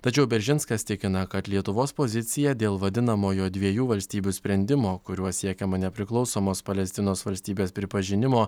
tačiau beržinskas tikina kad lietuvos pozicija dėl vadinamojo dviejų valstybių sprendimo kuriuo siekiama nepriklausomos palestinos valstybės pripažinimo